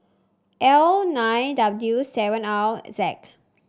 L nine W seven R Z